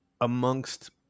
amongst